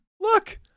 look